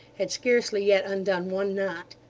had scarcely yet undone one knot.